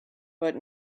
but